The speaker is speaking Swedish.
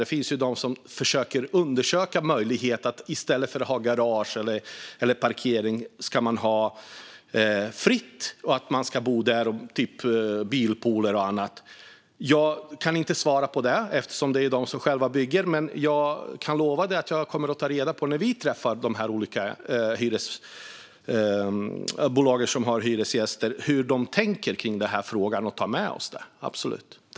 Det finns de som försöker undersöka möjligheterna att inte ha garage eller parkering utan att de som bor där i stället är fria att välja att ingå i bilpooler eller annat. Jag kan inte svara på det, eftersom det är de som bygger, men jag kan lova att när vi träffar de olika hyresbolagen kommer jag att ta reda på hur de tänker kring den här frågan så att vi kan ta med oss det.